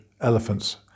elephants